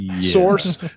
source